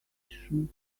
edition